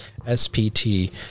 SPT